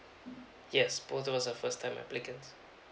yes both of us are first time applicants